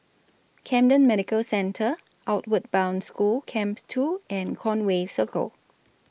Camden Medical Centre Outward Bound School Camp two and Conway Circle